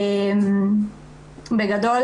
בגדול,